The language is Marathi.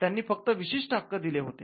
त्यांनी फक्त विशिष्ट हक्क दिले होते